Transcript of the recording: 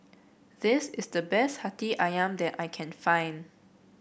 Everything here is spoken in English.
this is the best hati ayam that I can find